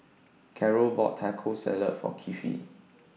Carol bought Taco Salad For Kiefer